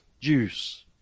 juice